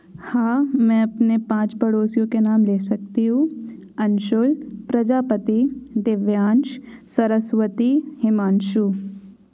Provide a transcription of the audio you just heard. हाँ मैं अपने पाँच पड़ोसियों के नाम ले सकती हूँ अंशुल प्रजापति दिव्यांश सरस्वती हिमांशु